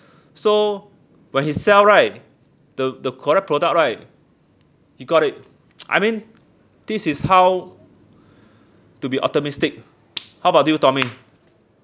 so when he sell right the the correct product right he got it I mean this is how to be optimistic how about you tommy